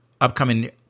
upcoming